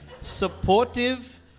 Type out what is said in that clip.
Supportive